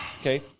Okay